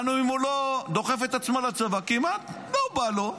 הוא לא דוחף את עצמו לצבא, כי לא בא לו.